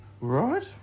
Right